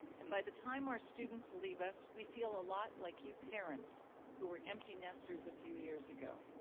and by the time our students leave us, we feel a lot like you parents who were empty nesters a few years ago.